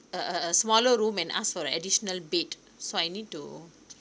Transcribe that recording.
uh a smaller room and ask for an additional bed so I need to